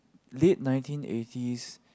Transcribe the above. late nineteen eighties